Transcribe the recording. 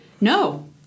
no